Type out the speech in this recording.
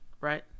Right